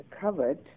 covered